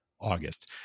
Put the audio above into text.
August